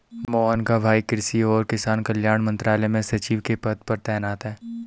मोहन का भाई कृषि और किसान कल्याण मंत्रालय में सचिव के पद पर तैनात है